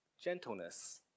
gentleness